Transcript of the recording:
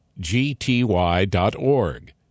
gty.org